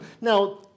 Now